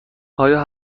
آیا